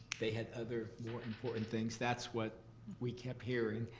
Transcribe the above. they had other, more important things? that's what we kept hearing.